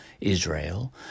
Israel